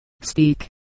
speak